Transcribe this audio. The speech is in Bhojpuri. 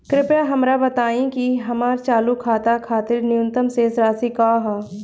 कृपया हमरा बताइं कि हमर चालू खाता खातिर न्यूनतम शेष राशि का ह